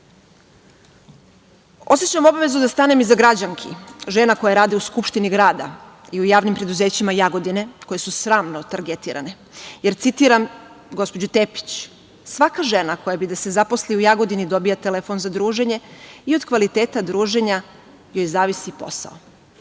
obavezu da stanem iza građanki, žena koje rade u Skupštini grada i u javnim preduzećima Jagodine koje su sramno targetirane, jer citiram gospođu Tepić: „Svaka žena koja bi da se zaposli u Jagodini dobija telefon za druženje i od kvaliteta druženja joj zavisi posao“.